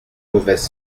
mauvaise